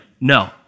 No